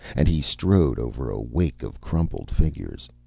and he strode over a wake of crumpled figures.